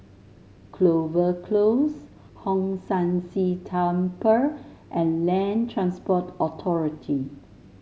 Clover Close Hong San See Temple and Land Transport Authority